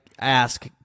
ask